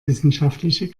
wissenschaftliche